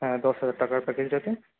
হ্যাঁ দশ হাজার টাকার প্যাকেজটাতে